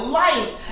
life